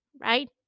right